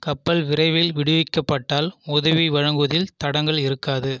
கப்பல் விரைவில் விடுவிக்கப்பட்டால் உதவி வழங்குவதில் தடங்கல் இருக்காது